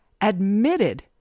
admitted